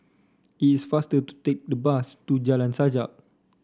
it's faster to take the bus to Jalan Sajak